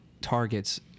targets